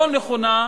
לא נכונה,